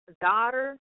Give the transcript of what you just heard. daughter